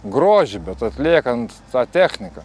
grožį bet atliekant tą techniką